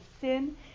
sin